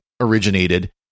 originated